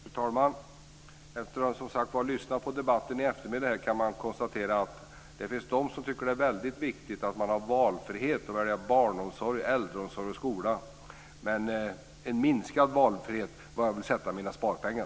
Fru talman! Efter att ha lyssnat på debatten under eftermiddagen går det att konstatera att det finns de som tycker att det är viktigt med valfrihet för barnomsorg, äldreomsorg och skola, men att det ska vara minskad valfrihet för var man ska kunna sätta in sina sparpengar.